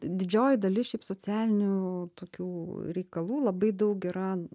didžioji dalis šiaip socialinių tokių reikalų labai daug yra